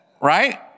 right